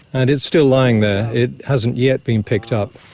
and it's still lying there, it hasn't yet been picked up.